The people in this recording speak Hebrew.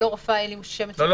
אני לא רופאה -- לא,